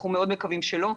אנחנו מאוד מקווים שלא.